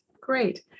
great